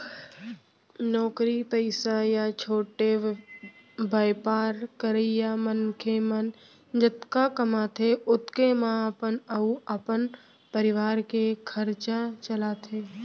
नौकरी पइसा या छोटे बयपार करइया मनखे मन जतका कमाथें ओतके म अपन अउ अपन परवार के खरचा चलाथें